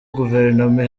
guverinoma